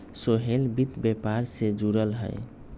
सोहेल वित्त व्यापार से जुरल हए